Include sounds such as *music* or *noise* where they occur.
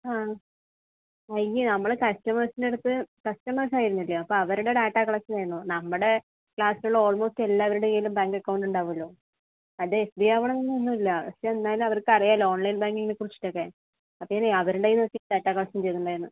ആ ബാങ്കിൽ നമ്മള് കസ്റ്റമേഴ്സിൻ്റടുത്ത് കസ്റ്റമേഴ്സ് ആയിരുന്നില്ലേ അപ്പോൾ അവരുടെ ഡാറ്റ കളക്ഷൻ ആയിരുന്നു നമ്മുടെ ക്ലാസ്സിലുള്ള ഓൾമോസ്റ്റ് എല്ലാവരുടെ കയ്യിലും ബാങ്ക് അക്കൗണ്ട് ഉണ്ടാകുമല്ലോ അത് എസ് ബി ഐ ആവണം എന്നൊന്നുമില്ല പക്ഷെ എന്നാലും അവർക്കറിയാമല്ലോ ഓൺലൈൻ ബാങ്കിങ്ങിനെ കുറിച്ചിട്ടൊക്കെ *unintelligible* അവരുടെ എന്നു *unintelligible* ഡാറ്റ കളക്ഷൻ ചെയ്തിട്ടുണ്ടാരുന്നത്